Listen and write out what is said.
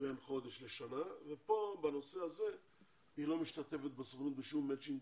בין חודש לשנה ופה בנושא הזה היא לא משתתפת עם הסוכנות בשום מצ'ינג,